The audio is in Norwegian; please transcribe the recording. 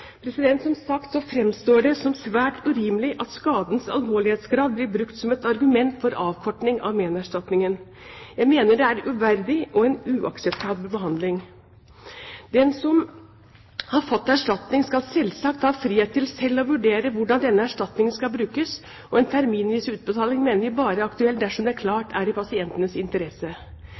Som sagt fremstår det som svært urimelig at skadens alvorlighetsgrad blir brukt som et argument for avkorting av menerstatningen. Jeg mener det er en uverdig og uakseptabel behandling. Den som har fått erstatning, skal selvsagt ha frihet til selv å vurdere hvordan denne erstatningen skal brukes, og en terminvis ubetaling mener vi bare er aktuell dersom dette klart er i pasientenes interesse.